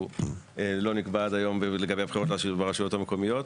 לא נקבע עד היום לגבי הבחירות ברשויות המקומיות.